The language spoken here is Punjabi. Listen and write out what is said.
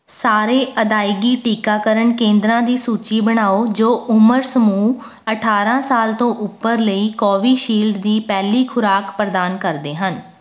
ਸਾਰੇ ਅਦਾਇਗੀ ਟੀਕਾਕਰਨ ਕੇਂਦਰਾਂ ਦੀ ਸੂਚੀ ਬਣਾਓ ਜੋ ਉਮਰ ਸਮੂਹ ਅਠਾਰਾਂ ਸਾਲ ਤੋਂ ਉੱਪਰ ਲਈ ਕੋਵਿਸ਼ੀਲਡ ਦੀ ਪਹਿਲੀ ਖੁਰਾਕ ਪ੍ਰਦਾਨ ਕਰਦੇ ਹਨ